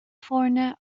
foirne